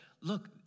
look